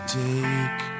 take